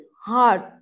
hard